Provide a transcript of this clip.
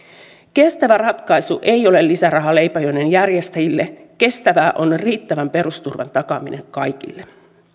kestävä ratkaisu ei ole lisäraha leipäjonojen järjestäjille kestävää on riittävän perusturvan takaaminen kaikille